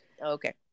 Okay